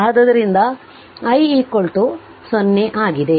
ಆದ್ದರಿಂದi 0 ಆಗಿದೆ